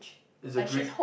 it's a green